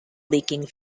leaking